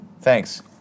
thanks